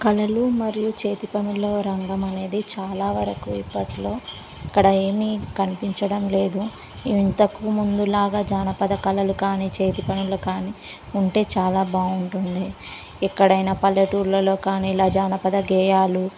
కళలు మరియు చేతి పనుల రంగం అనేది చాలా వరకు ఇప్పట్లో ఇక్కడ ఏమి కనిపించడం లేదు ఇంతకు ముందులాగ జానపద కళలు కానీ చేతి పనులు కానీ ఉంటే చాలా బాగుంటు ఉండే ఎక్కడైనా పల్లెటూర్లలో కానీ ఇలా జానపద గేయాలు